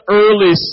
early